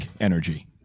energy